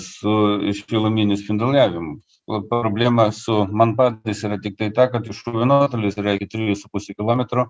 su iš giluminių spinduliavimų o problema su mampartais yra tiktai ta kad šūvio nuotolis yra iki trijų su puse kilometro